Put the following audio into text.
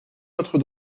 notre